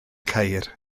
ceir